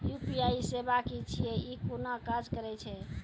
UPI सेवा की छियै? ई कूना काज करै छै?